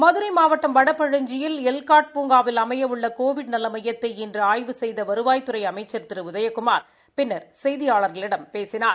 மதுரை மாவட்டம் வடபழஞ்சியில் எல்காட் பூங்காவில் அமையவுள்ள கோவிட் நல ஸ்யத்தை இன்று ஆய்வு செய்த வருவாய்த்துறை அமைச்சா் திரு உதயகுமார் பின்னா் செய்தியாளர்களிடம் பேசினார்